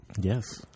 Yes